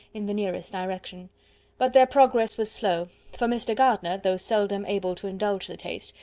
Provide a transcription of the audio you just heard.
in the nearest direction but their progress was slow, for mr. gardiner, though seldom able to indulge the taste,